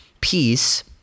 Peace